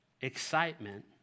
excitement